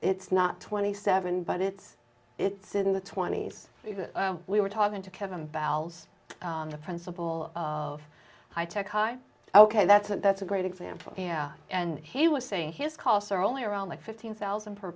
it's not twenty seven but it's it's in the twenty's because we were talking to kevin bowels the principal of high tech high ok that's a that's a great example yeah and he was saying his costs are only around like fifteen thousand per